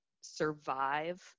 survive